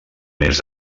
més